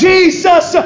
Jesus